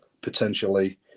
potentially